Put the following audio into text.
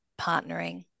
partnering